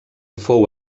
fou